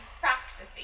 practicing